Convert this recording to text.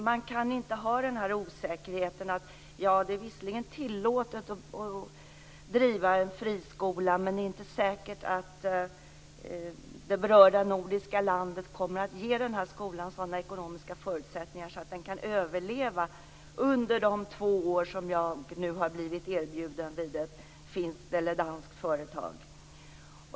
Man kan inte ha den här osäkerheten att det visserligen är tillåtet att driva en friskola, men det är inte säkert att det berörda nordiska landet kommer att ge den skolan sådana ekonomiska förutsättningar att den kan överleva under de två år som jag har blivit erbjuden anställning vid ett finskt eller danskt företag.